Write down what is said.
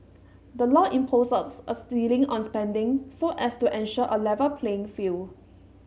the law imposes a ceiling on spending so as to ensure A Level playing field